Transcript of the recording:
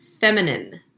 feminine